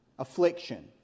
Affliction